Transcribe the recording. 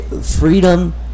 Freedom